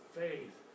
faith